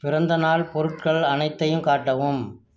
பிறந்தநாள் பொருட்கள் அனைத்தையும் காட்டவும்